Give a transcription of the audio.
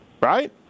right